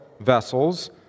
vessels